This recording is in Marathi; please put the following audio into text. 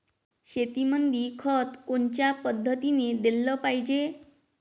शेतीमंदी खत कोनच्या पद्धतीने देलं पाहिजे?